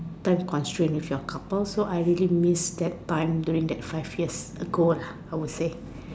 time constrain with your couples so I really miss that time during that five years ago lah I would say